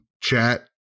chat